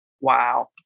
wow